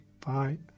bye